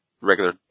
regular